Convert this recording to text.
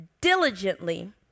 diligently